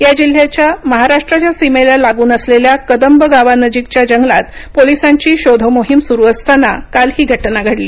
या जिल्ह्याच्या महाराष्ट्राच्या सीमेला लागून असलेल्या कदंब गावानजीकच्या जंगलात पोलिसांची शोध मोहीम सुरू असताना ही काल घटना घडली